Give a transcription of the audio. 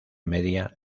media